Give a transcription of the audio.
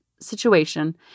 situation